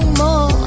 more